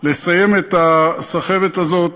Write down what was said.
לסיים את הסחבת הזאת